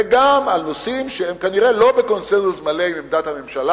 וגם על נושאים שבהם הם כנראה לא בקונסנזוס מלא עם הממשלה,